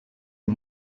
die